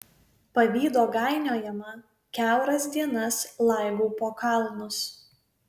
pavydo gainiojama kiauras dienas laigau po kalnus